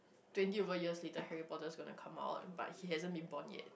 twenty over years later Harry-Potter is gonna come out but he hasn't been born yet